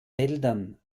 wäldern